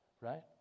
right